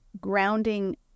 grounding